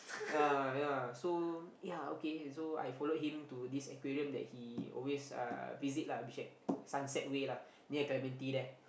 uh ya so ya okay so I followed him to this aquarium that he always uh visit lah which at Sunset-Way lah near clementi there